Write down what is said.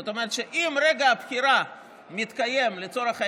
זאת אומרת שעם רגע הבחירה מתקיים, לצורך העניין,